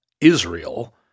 Israel